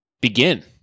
begin